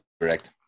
correct